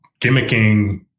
gimmicking